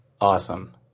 Awesome